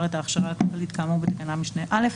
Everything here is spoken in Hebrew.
את ההכשרה הכלכלית כאמור בתקנת משנה (א),